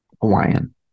Hawaiian